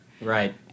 Right